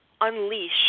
unleash